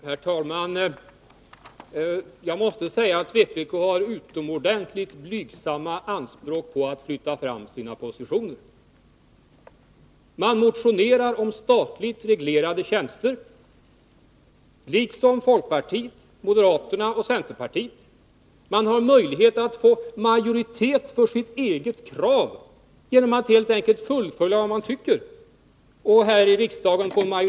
Herr talman! Jag måste säga att vpk har utomordentligt blygsamma anspråk när det gäller att flytta fram sina positioner. Man motionerar om statligt reglerade tjänster — liksom folkpartiet, moderaterna och centerpartiet. Man har möjlighet att här i riksdagen få majoritet för sitt eget krav genom att helt enkelt fullfölja vad man anser vara riktigt.